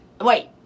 Wait